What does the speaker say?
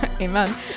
Amen